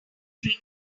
drink